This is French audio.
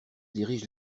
dirige